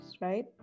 right